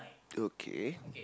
okay